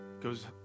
goes